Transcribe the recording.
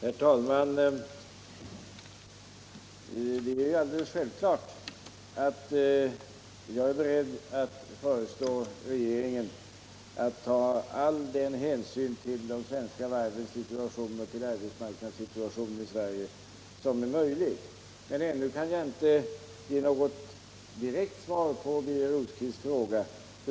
Herr talman! Det är självklart att jag är beredd att föreslå regeringen att ta all den hänsyn till de svenska varvens situation och till arbetsmarknadsläget i Sverige som är möjlig, men ännu kan jag inte ge något direkt svar på Birger Rosqvists fråga.